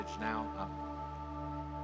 now